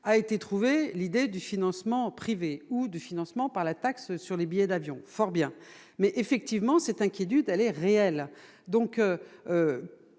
a été trouvé l'idée du financement privé ou du financement par la taxe sur les billets d'avion, fort bien, mais effectivement cette inquiétude aller réel,